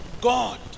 God